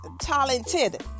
talented